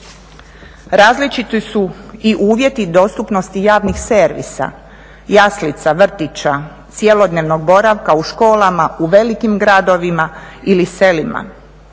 Različiti su i uvjeti dostupnosti javnih servisa, jaslica, vrtića, cjelodnevnog boravka u školama u velikim gradovima ili selima.